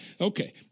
Okay